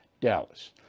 Dallas